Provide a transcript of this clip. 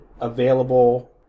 available